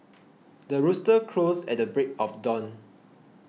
the rooster crows at the break of dawn